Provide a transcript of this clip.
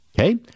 Okay